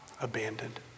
abandoned